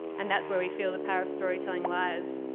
and that's where we feel the power of storytelling lies.